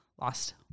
lost